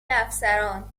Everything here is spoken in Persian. افسران